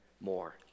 more